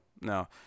no